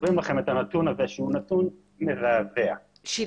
כותבים לכם את הנתון הזה שהוא נתון מזעזע --- שילה,